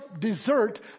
dessert